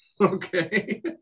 okay